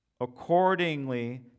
Accordingly